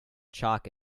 chalk